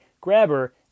Grabber